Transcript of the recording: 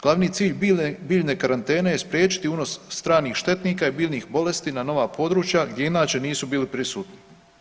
Glavni cilj biljne karantene je spriječiti unos stranih štetnika i biljnih bolesti na nova područja gdje inače nisu bili prisutni.